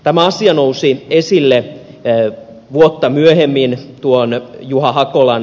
tämä asia nousi esille vuotta myöhemmin tuon ed